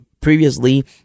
previously